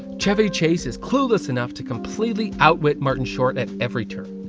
chevy chase is clueless enough to completely outwit martin short at every turn.